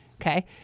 Okay